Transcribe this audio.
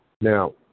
Now